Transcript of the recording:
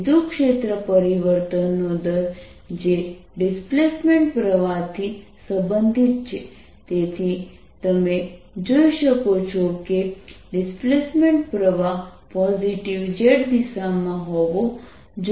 વિદ્યુતક્ષેત્ર પરિવર્તનનો દર જે ડિસ્પ્લેસમેન્ટ પ્રવાહથી સંબંધિત છે તેથી તમે જોઈ શકો છો કે ડિસ્પ્લેસમેન્ટ પ્રવાહ પોઝિટિવ z દિશામાં હોવો જોઈએ